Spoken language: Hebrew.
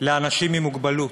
לאנשים עם מוגבלות.